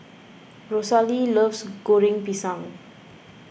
Rosalee loves Goreng Pisang